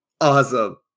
Awesome